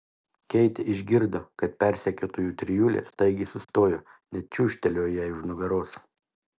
keitė išgirdo kad persekiotojų trijulė staigiai sustojo net čiūžtelėjo jai už nugaros